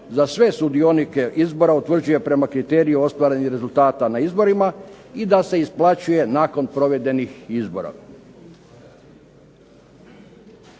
za sve sudionike izbora utvrđuje prema kriteriju ostvarenih rezultata na izborima i da se isplaćuje nakon provedenih izbora.